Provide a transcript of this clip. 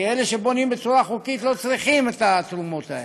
כי אלה שבונים בצורה חוקית לא צריכים את התרומות האלה.